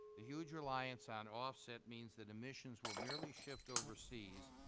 the huge reliance on offset means that emissions will merely shift overseas,